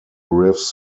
riffs